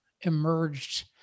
emerged